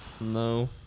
No